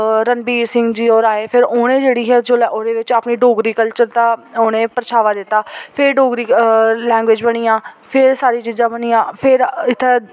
रणवीर सिंह जी होर आए फिर उनें जेह्ड़ी जेल्लै ओह्दे बिच्च अपनी डोगरी कल्चर दा उनें परछामां दित्ता फिर डोगरी लैग्वेज़ बनी गेई फिर सारी चीजां बनियां फिर इत्थै